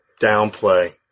downplay